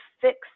fix